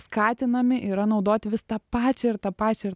skatinami yra naudoti vis tą pačią ir tą pačią ir